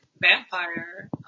vampire